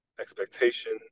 expectation